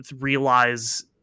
realize